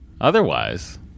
Otherwise